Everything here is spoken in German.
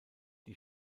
die